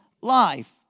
life